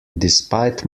despite